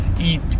Eat